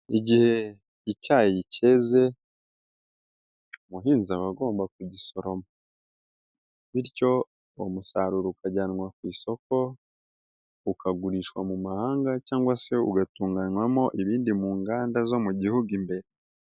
Igihe icyayi cyeze umuhinzi aba agomba kujyisoroma, bityo uwo musaruro ukajyanwa kwisoko ukagurishwa mu mahanga cyangwa se ugatunganywamo ibindi mu nganda zo mu gihugu imbere.